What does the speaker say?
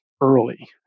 early